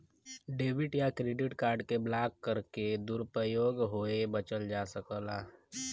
debit या credit card के block करके दुरूपयोग होये बचल जा सकला